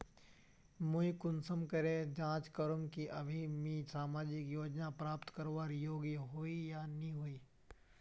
मुई कुंसम करे जाँच करूम की अभी मुई सामाजिक योजना प्राप्त करवार योग्य होई या नी होई?